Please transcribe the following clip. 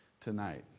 tonight